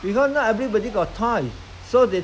I why should I share with you